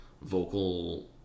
vocal